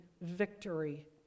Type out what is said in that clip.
victory